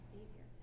Savior